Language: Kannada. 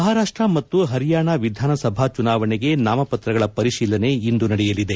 ಮಹಾರಾಷ್ಷ ಮತ್ತು ಪರಿಯಾಣ ವಿಧಾನಸಭಾ ಚುನಾವಣೆಗೆ ನಾಮಪತ್ರಗಳ ಪರಿಶೀಲನೆ ಇಂದು ನಡೆಯಲಿದೆ